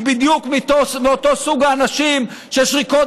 היא בדיוק מאותו סוג של אנשים ששריקות